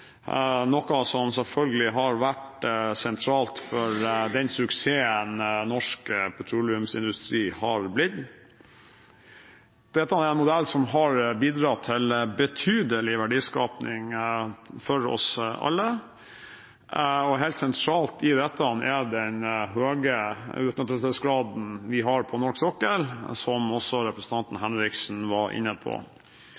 noe som selvfølgelig har vært sentralt for den suksessen norsk petroleumsindustri har blitt. Dette er en modell som har bidratt til betydelig verdiskaping for oss alle, og helt sentralt i dette er den høye utnyttelsesgraden vi har på norsk sokkel, som også representanten Henriksen var inne på.